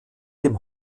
dem